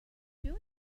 doing